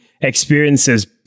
experiences